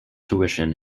tuition